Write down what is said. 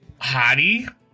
hottie